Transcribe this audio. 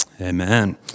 Amen